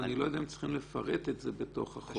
לא, אני לא יודע אם צריכים לפרט את זה בתוך החוק.